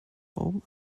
raum